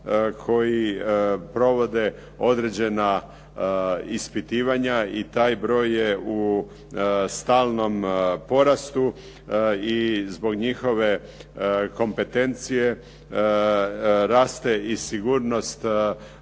koji provode određena ispitivanja i taj broj je u stalnom porastu i zbog njihove kompetencije raste i sigurnost